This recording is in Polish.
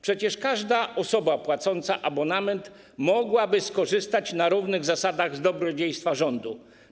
Przecież każda osoba płacąca abonament mogłaby skorzystać na równych zasadach z dobrodziejstwa rządu.